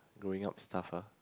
growing up stuff ah